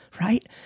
right